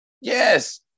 Yes